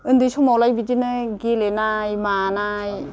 उन्दै समावलाय बिदिनो गेलेनाय मानाय